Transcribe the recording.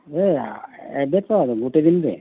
ଏବେ ତ ଗୋଟେ ଦିନରେ